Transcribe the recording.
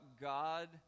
God